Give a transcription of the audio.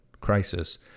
crisis